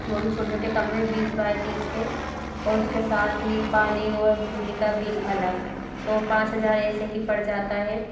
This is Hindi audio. वह भी छोटे छोटे काम में बीस बाय तीस के और उसके साथ ही पानी और बिजली का बिल लग तो पाँच हज़ार ऐसे ही पड़ जाता है